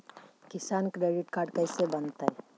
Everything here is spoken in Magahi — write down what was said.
किसान क्रेडिट काड कैसे बनतै?